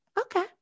okay